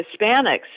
Hispanics